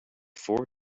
four